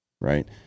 right